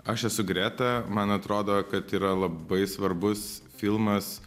aš esu greta man atrodo kad yra labai svarbus filmas